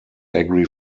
agri